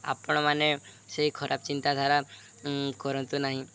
ଆପଣମାନେ ସେଇ ଖରାପ ଚିନ୍ତାଧାରା କରନ୍ତୁ ନାହିଁ